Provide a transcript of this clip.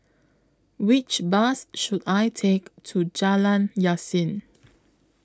Which Bus should I Take to Jalan Yasin